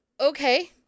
Okay